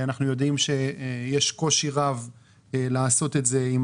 אנחנו יודעים שיש קושי רב לעשות את זה עם